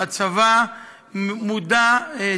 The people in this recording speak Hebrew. התשובה כוללת גם אוניות ישנות,